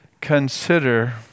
consider